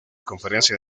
conferencia